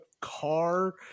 car